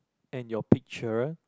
and your picture